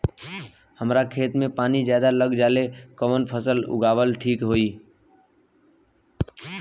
हमरा खेत में पानी ज्यादा लग जाले कवन फसल लगावल ठीक होई?